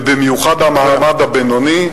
ובמיוחד המעמד הבינוני,